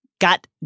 got